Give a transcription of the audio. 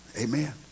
Amen